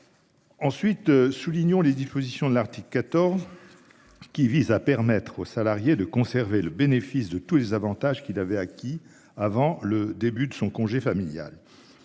Ensuite, soulignons les dispositions de l'article 14. Qui vise à permettre aux salariés de conserver le bénéfice de tous les avantages qu'il avait acquis avant le début de son congé familial.